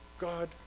God